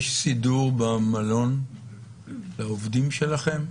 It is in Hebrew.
יש סידור במלון לעובדים שלכם,